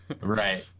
right